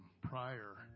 prior